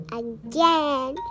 again